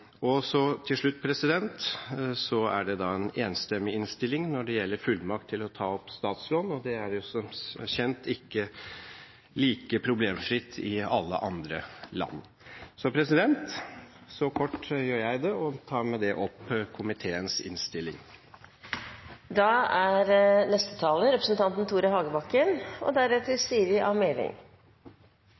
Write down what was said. Til slutt: Det er en enstemmig innstilling når det gjelder fullmakt til å ta opp statslån. Det er som kjent ikke like problemfritt i alle andre land. Så kort gjør jeg det og anbefaler med det komiteens innstilling. Jeg skal heller ikke holde på altfor lenge her oppe. Dessuten har det sin naturlige begrensning, siden det er